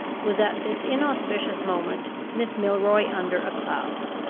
was at this inauspicious moment miss milroy under a cloud.